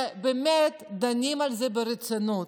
שבאמת דנים על זה ברצינות,